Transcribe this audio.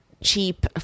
cheap